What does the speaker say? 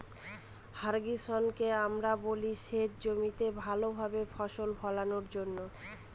ইর্রিগেশনকে আমরা বলি সেচ জমিতে ভালো ভাবে ফসল ফোলানোর জন্য